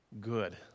good